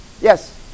Yes